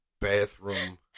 bathroom